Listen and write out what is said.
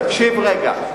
תקשיב רגע,